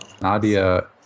Nadia